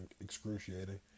excruciating